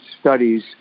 studies